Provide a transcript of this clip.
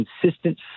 consistent